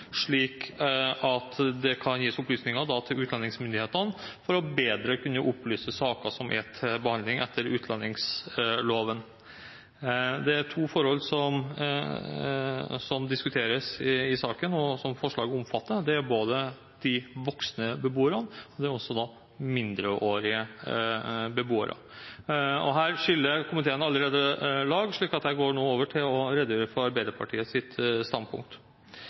slik at det kan gis opplysninger til utlendingsmyndighetene for bedre å kunne opplyse saker som er til behandling etter utlendingsloven. Det er to forhold som diskuteres i saken, og som forslaget omfatter: de voksne beboerne og de mindreårige beboerne. Allerede her skiller komiteen lag, så jeg går nå over til å redegjøre for Arbeiderpartiets standpunkt. For Arbeiderpartiet